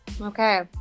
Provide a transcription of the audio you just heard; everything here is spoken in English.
okay